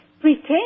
pretend